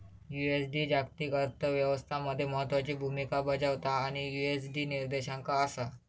USD जागतिक अर्थ व्यवस्था मध्ये महत्त्वाची भूमिका बजावता आणि यु.एस.डी निर्देशांक असा